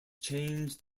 changed